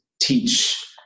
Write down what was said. teach